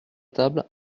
table